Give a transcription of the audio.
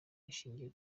ishingiye